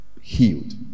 healed